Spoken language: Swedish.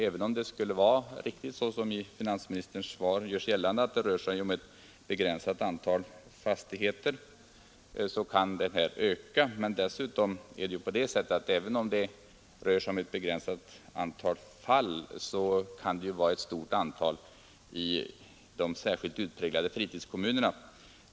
Även om det enligt finansministerns svar skulle röra sig om ett begränsat antal fastigheter och om ett begränsat antal fall, så kan det bli fråga om ett stort antal fall i de särskilt utpräglade fritidskommunerna.